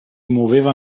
muoveva